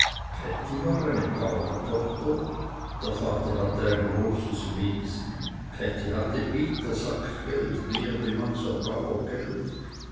war eine baurentochter der vater hatte ein großes wesen käthi hatte bietersackgeld mehr wie mancher